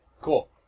Cool